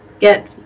get